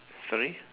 sorry